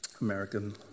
American